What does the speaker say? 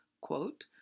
Quote